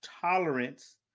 tolerance